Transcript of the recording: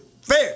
Fair